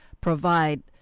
provide